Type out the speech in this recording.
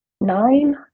nine